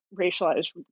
racialized